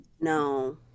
no